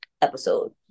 episode